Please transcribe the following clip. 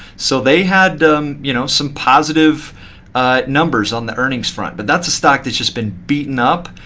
so they had you know some positive numbers on the earnings front. but that's a stock that's just been beaten up.